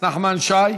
נחמן שי,